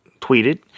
tweeted